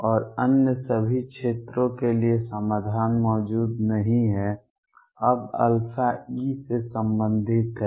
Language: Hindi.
और अन्य सभी क्षेत्रों के लिए समाधान मौजूद नहीं है अब α E से संबंधित है